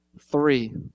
Three